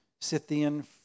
Scythian